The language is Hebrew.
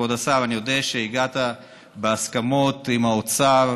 כבוד השר, אני יודע שהגעת להסכמות עם האוצר,